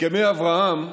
הסכמי אברהם,